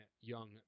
young